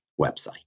website